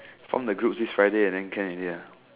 form the group this Friday and then can already ah